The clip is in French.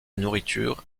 nourriture